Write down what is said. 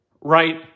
right